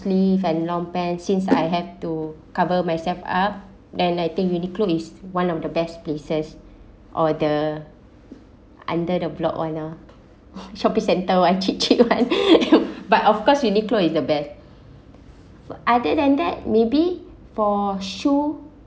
sleeve and long pants since I have to cover myself up and I think uniqlo is one of the best places or the under the block owner shopping centre what cheap cheap [one] but of course Uniqlo is the best for other than that maybe for shoe